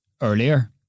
earlier